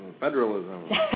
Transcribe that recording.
federalism